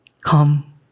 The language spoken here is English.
come